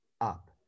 up